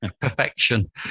perfection